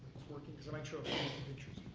it's working? because i might show pictures.